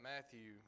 Matthew